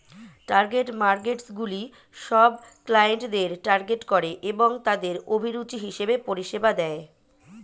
target মার্কেটসগুলি সব ক্লায়েন্টদের টার্গেট করে এবং তাদের অভিরুচি হিসেবে পরিষেবা দেয়